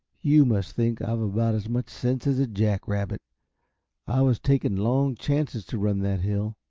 you must think i've about as much sense as a jack rabbit i was taking long chances to run that hill.